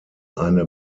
eine